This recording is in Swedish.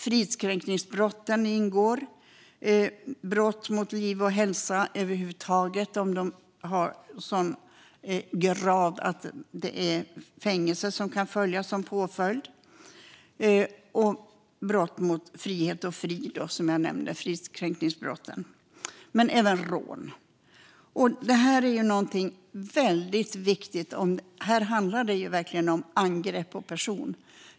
Fridskränkningsbrotten - brott mot frihet och frid - ingår, liksom brott mot liv och hälsa över huvud taget om de har sådan grad att fängelse kan utdömas som påföljd. Även rån ingår. Det här är någonting som är väldigt viktigt. Här handlar det verkligen om angrepp på person.